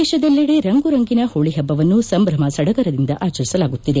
ದೇಶದೆಲ್ಲೆಡೆ ರಂಗುರಂಗಿನ ಹೋಳಿ ಹಬ್ಬವನ್ನು ಸಂಭ್ರಮ ಸಡಗರದಿಂದ ಆಚರಿಸಲಾಗುತ್ತಿದೆ